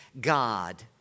God